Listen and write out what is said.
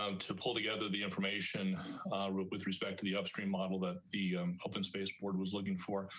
um to pull together the information with respect to the upstream model that the open space board was looking for.